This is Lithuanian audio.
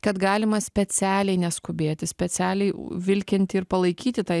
kad galima specialiai neskubėti specialiai vilkinti ir palaikyti tą